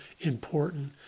important